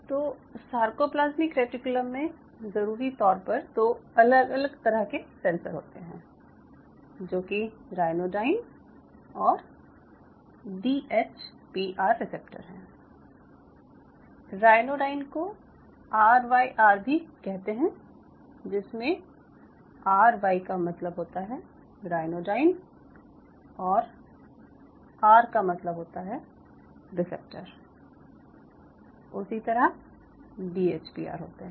तो sarcoplasmic reticulum में ज़रूरी तौर पर दो अलग अलग तरह के सेंसर होते हैं जो कि रायनोडाईन और D H P R receptor हैं रायनोडाईन को आर वाई आर भी कहते हैं जिसमे आर वाई का मतलब होता है रायनोडाईन और आर का मतलब होता है रिसेप्टर उसी तरह डी एच पी आर होते हैं